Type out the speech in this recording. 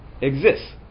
exists